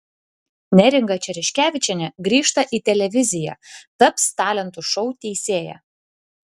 neringa čereškevičienė grįžta į televiziją taps talentų šou teisėja